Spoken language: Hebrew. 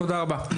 תודה רבה.